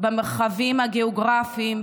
במרחבים הגיאוגרפיים,